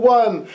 one